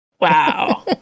Wow